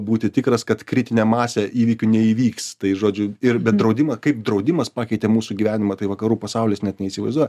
būti tikras kad kritinė masė įvykių neįvyks tai žodžiu ir bet draudimą kaip draudimas pakeitė mūsų gyvenimą tai vakarų pasaulis net neįsivaizduoja